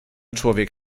człowiek